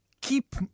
keep